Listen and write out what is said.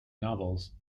novels